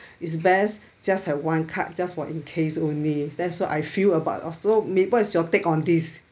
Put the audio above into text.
it's best just have one card just for in case only that's what I feel about also may what is your take on this